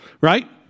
right